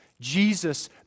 Jesus